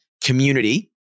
community